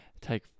take